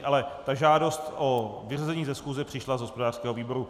Ale ta žádost o vyřazení ze schůze přišla z hospodářského výboru.